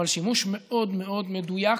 אבל שימוש מאוד מאוד מדויק,